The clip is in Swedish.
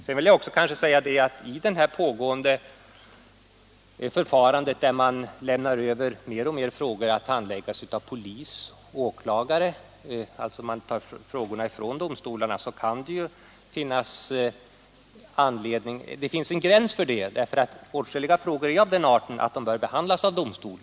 Sedan vill jag också säga att det kan finnas en gräns för det pågående förfarandet, där man lämnar över allt fler frågor till handläggning av polis och åklagare — och alltså tar frågorna ifrån domstolarna — eftersom åtskilliga ärenden är av den arten att de bör behandlas av domstol.